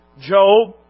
Job